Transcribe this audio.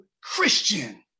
Christian